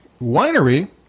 winery